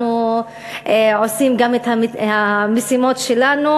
אנחנו עושות גם את המשימות שלנו,